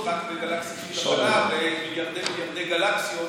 רק בגלקסיית שביל החלב ומיליארדי מיליארדי גלקסיות,